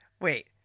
wait